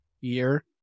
year